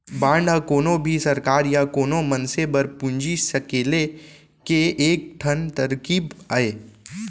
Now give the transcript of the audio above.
bond ह कोनो भी सरकार या कोनो मनसे बर पूंजी सकेले के एक ठन तरकीब अय